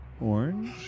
Orange